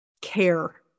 care